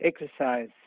exercise